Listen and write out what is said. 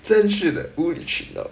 真是的无理取闹